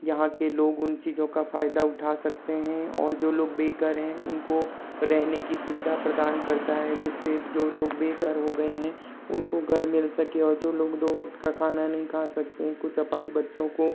यहाँ के लोग उन चीज़ों का फ़ायदा उठा सकते हैं और जो लोग बेघर है उनको रहने की सुविधा प्रदान करता है जिससे जो लोग बेघर हो गए हैं उनको घर मिल सके और जो लोग दो वक़्त का खाना नहीं खा सकते कुछ अपाहिज बच्चों को